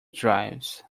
drives